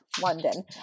London